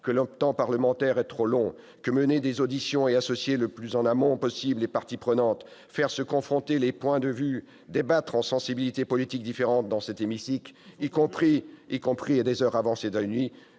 que le temps parlementaire est trop long, que mener des auditions et associer le plus en amont possible les parties prenantes, faire se confronter les points de vue, débattre entre représentants de sensibilités politiques différentes dans cet hémicycle, y compris à une heure avancée de la nuit,